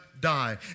die